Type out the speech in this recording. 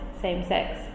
same-sex